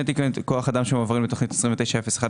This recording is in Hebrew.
גם שני תקני כוח אדם שמועברים לתוכנית 290101,